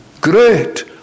great